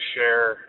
Share